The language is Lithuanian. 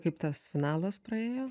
kaip tas finalas praėjo